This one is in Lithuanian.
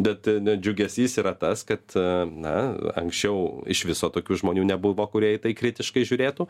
bet na džiugesys yra tas kad na anksčiau iš viso tokių žmonių nebuvo kurie į tai kritiškai žiūrėtų